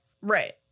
right